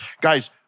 Guys